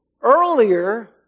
Earlier